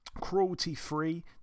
cruelty-free